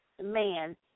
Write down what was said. man